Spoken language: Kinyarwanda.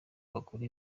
bakora